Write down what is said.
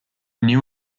new